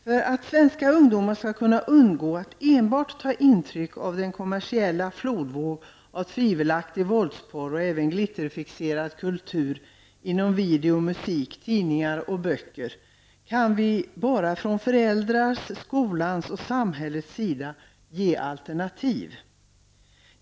Herr talman! Det har varit en mycket lång kulturdebatt här i kammaren i dag. För att svenska ungdomar skall kunna undgå att enbart ta intryck av den kommersiella flodvåg av tvivelaktiv våldsporr och glitterfixerad kultur i fråga om video, musik, tidningar och böcker gäller det att från föräldrarnas, skolans och samhällets sida ge alternativ.